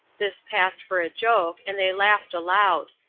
this passed for a joke, and they laughed aloud.